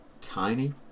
Tiny